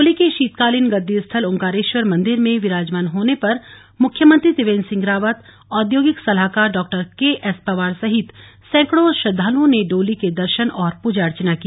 डोली के शीतकालीन गद्दीस्थल ओंकारेश्वर मन्दिर में विराजमान होने पर मुख्यमंत्री त्रिवेन्द्र सिंह रावत औद्यौगिक सलाहकार डॉ केएस पंवार सहित सैकड़ों श्रद्धालुओं ने डोली के दर्शन और पूजा अर्चना की